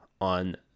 on